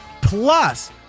Plus